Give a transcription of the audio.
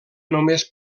només